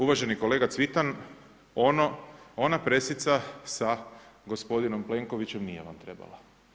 Uvaženi kolega Cvitan, ona presica sa gospodinom Plenkovićem nije vam trebala.